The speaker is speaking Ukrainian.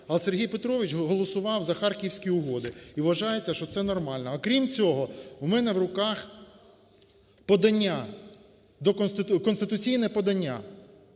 А Сергій Петрович голосував за харківські угоди і вважається, що це нормально. Окрім цього, у мене в руках подання, конституційне подання.